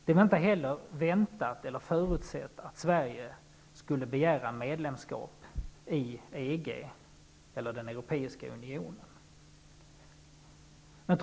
Det var inte heller väntat eller förutsatt att Sverige skulle ansöka om medlemskap i EG eller den europeiska unionen.